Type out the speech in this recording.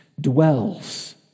dwells